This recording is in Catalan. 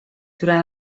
durant